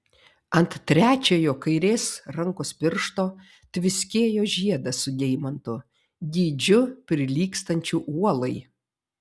ant trečiojo kairės rankos piršto tviskėjo žiedas su deimantu dydžiu prilygstančiu uolai